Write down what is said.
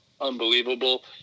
unbelievable